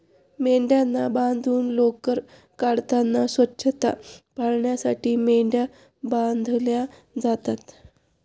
मेंढ्यांना बांधून लोकर काढताना स्वच्छता पाळण्यासाठी मेंढ्या बांधल्या जातात